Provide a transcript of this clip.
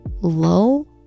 low